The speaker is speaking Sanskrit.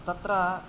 तत्र